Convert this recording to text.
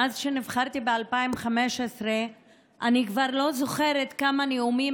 מאז שנבחרתי ב-2015 אני כבר לא זוכרת כמה נאומים